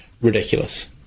ridiculous